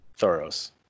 Thoros